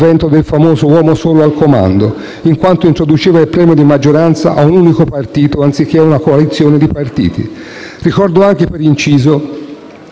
Grazie